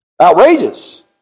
Outrageous